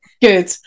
Good